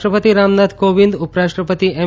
રાષ્ટ્રપતિ રામનાથ કોવિંદ ઉપરાષ્ટ્રપતિ એમ